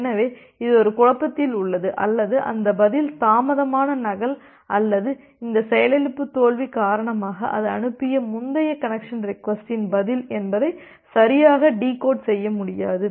எனவே இது ஒரு குழப்பத்தில் உள்ளது அல்லது அந்த பதில் தாமதமான நகல் அல்லது இந்த செயலிழப்பு தோல்வி காரணமாக அது அனுப்பிய முந்தைய கனெக்சன் ரெக்வஸ்ட்டின் பதில் என்பதை சரியாக டிகோட் செய்ய முடியாது